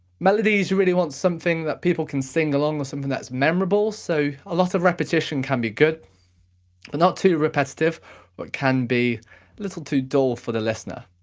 melodies, you really want something that people can sing along or something that's memorable. so, a lot of repetition can be good but not too repetitive or it can be a little too dull for the listener.